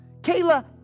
Kayla